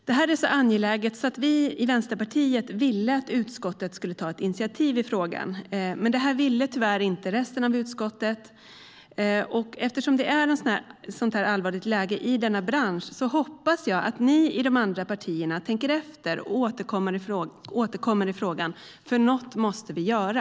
Det här är så angeläget att vi i Vänsterpartiet ville att utskottet skulle ta ett initiativ i frågan. Men det ville tyvärr inte resten av utskottet. Eftersom det är ett så allvarligt läge i branschen hoppas jag att ni i de andra partierna tänker efter och återkommer i frågan, för något måste vi göra.